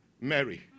Mary